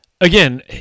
Again